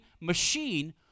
machine